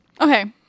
Okay